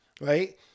right